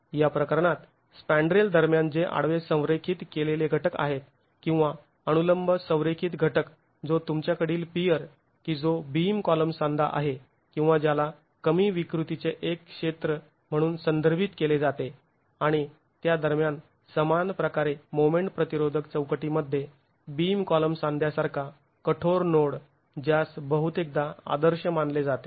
या प्रकरणात स्पँड्रेल दरम्यान जे आडवे संरेखित केलेले घटक आहेत आणि अनुलंब संरेखित घटक जो तुमच्याकडील पियर की जो बीम कॉलम सांधा आहे किंवा ज्याला कमी विकृतीचे एक क्षेत्र म्हणून संदर्भित केले जाते आणि त्या दरम्यान समान प्रकारे मोमेंट प्रतिरोधक चौकटीमध्ये बीम कॉलम सांध्यासारखा कठोर नोड जास बहुतेकदा आदर्श मानले जाते